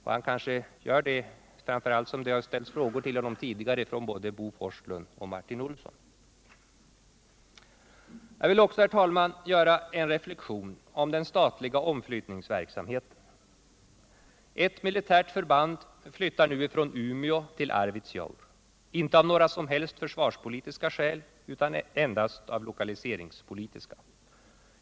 Han kanske vill göra det, eftersom det ställts frågor till honom tidigare av både Bo Forslund och Martin Olsson. Jag vill också, herr talman, göra ett par reflexioner om den statliga omflyttningsverksamheten. Ett militärt förband flyttar nu från Umeå till Arvidsjaur, inte av några som helst försvarspolitiska skäl utan endast av lokaliseringspolitiska.